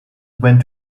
went